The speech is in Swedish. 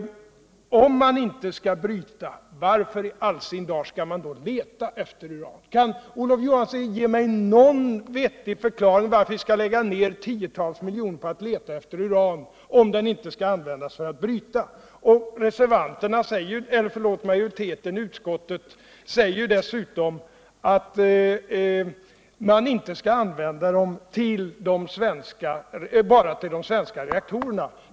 Om man nu inte skall bryta, varför skall man då leta efter uran? Kan Olof Johansson ge mig någon vettig förklaring till varför vi skall lägga ned tiotals miljoner på att leta efter uran. om den ändå inte skall brytas? Majoriteten i utskottet säger dessutom att man bara skall använda den till de svenska reaktorerna.